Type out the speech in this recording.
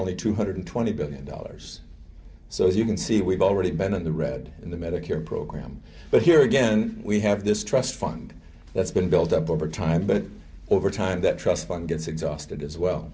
only two hundred twenty billion dollars so as you can see we've already been in the red in the medicare program but here again we have this trust fund that's been built up over time but over time that trust fund gets exhausted as well